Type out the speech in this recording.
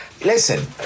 listen